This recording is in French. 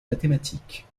mathématiques